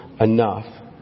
enough